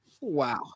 Wow